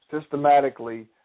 systematically